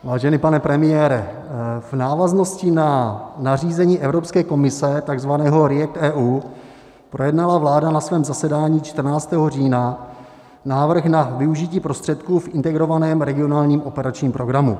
Vážený pane premiére, v návaznosti na nařízení Evropské komise, takzvaného REACTEU, projednala vláda na svém zasedání 14. října návrh na využití prostředků v Integrovaném regionálním operačním programu.